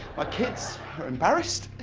ah kids are embarrassed.